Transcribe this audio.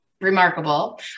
Remarkable